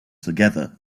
together